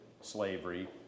slavery